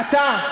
אתה?